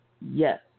yes